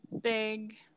big